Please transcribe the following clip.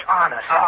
Honest